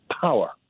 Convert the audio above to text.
power